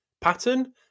pattern